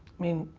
mean,